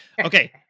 Okay